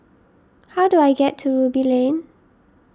how do I get to Ruby Lane